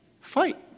fight